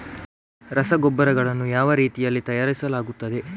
ರಸಗೊಬ್ಬರಗಳನ್ನು ಯಾವ ರೀತಿಯಲ್ಲಿ ತಯಾರಿಸಲಾಗುತ್ತದೆ?